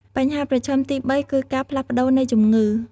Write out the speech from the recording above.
បញ្ហាប្រឈមទីបីគឺការផ្លាស់ប្តូរនៃជំងឺ។